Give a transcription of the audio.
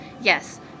Yes